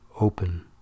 open